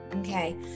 Okay